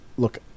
Look